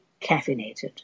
caffeinated